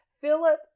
Philip